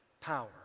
power